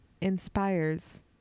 inspires